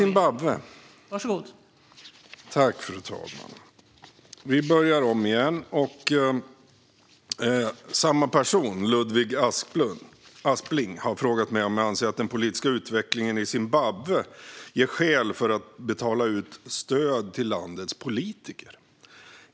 Fru talman! har frågat mig om jag anser att den politiska utvecklingen i Zimbabwe ger skäl för att fortsätta betala ut stöd till landets politiker.